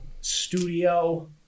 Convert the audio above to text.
studio